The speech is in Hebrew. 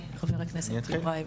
חבר הכנסת מיכאל.